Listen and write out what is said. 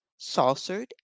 saucered